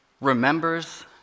remembers